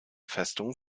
festung